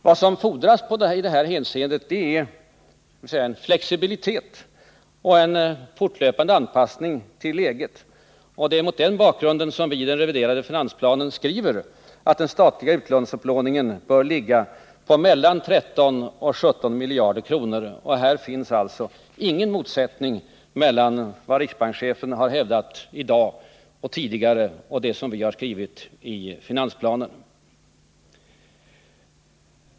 Vad som fordras i det hänseendet är flexibilitet och en fortlöpande anpassning till läget, och det är mot den bakgrunden som vi i den reviderade finansplanen skriver att den statliga utlandsupplåningen bör ligga på mellan 13 och 17 miljarder kronor. Här finns alltså ingen motsättning mellan vad riksbankschefen har hävdat i dag och tidigare och det som vi har skrivit i finansplanen.